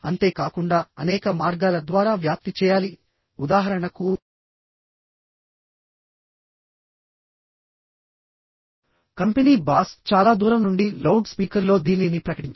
అంతే కాకుండా అనేక మార్గాల ద్వారా వ్యాప్తి చేయాలి ఉదాహరణకు కంపెనీ బాస్ చాలా దూరం నుండి లౌడ్ స్పీకర్లో దీనిని ప్రకటించారు